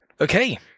Okay